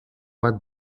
bat